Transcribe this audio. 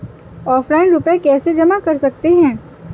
Offline रुपये कैसे जमा कर सकते हैं?